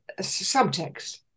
subtext